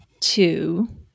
two